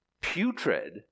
putrid